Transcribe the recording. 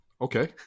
Okay